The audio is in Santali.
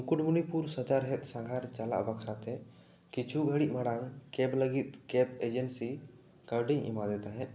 ᱢᱩᱠᱩᱴᱢᱩᱱᱤᱯᱩᱨ ᱥᱟᱪᱟᱨᱦᱮᱫ ᱥᱟᱸᱜᱷᱟᱨ ᱪᱟᱞᱟᱜ ᱵᱟᱠᱷᱨᱟ ᱛᱮ ᱠᱤᱪᱷᱩ ᱜᱷᱟᱹᱲᱤᱡ ᱢᱟᱲᱟᱝ ᱠᱮᱯ ᱞᱟᱹᱜᱤᱫ ᱠᱮᱯ ᱮᱢᱮᱱᱥᱤ ᱠᱟᱹᱣᱰᱤᱧ ᱮᱢᱟ ᱫᱮ ᱛᱟᱦᱮᱸᱫ